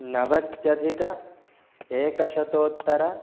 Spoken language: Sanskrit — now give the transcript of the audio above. नवत्यधिकम् एकशतोत्तरम्